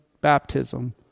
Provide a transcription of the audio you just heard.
baptism